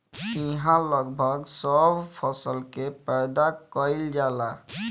इहा लगभग सब फसल के पैदा कईल जाला